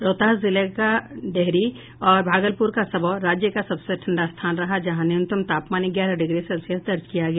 रोहतास जिले का डिहरी और भागलपुर का सबौर राज्य का सबसे ठंडा स्थान रहा जहां का न्यूनतम तापमान ग्यारह डिग्री सेल्सियस दर्ज किया गया